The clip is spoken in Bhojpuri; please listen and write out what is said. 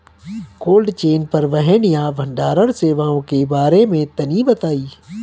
कोल्ड चेन परिवहन या भंडारण सेवाओं के बारे में तनी बताई?